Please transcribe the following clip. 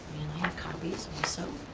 and i have copies so